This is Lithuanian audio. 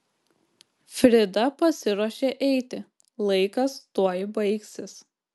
frida pasiruošė eiti laikas tuoj baigsis